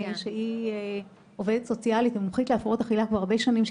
שהיא עובדת סוציאלית מומחית להפרעות אכילה כבר הרבה שנים,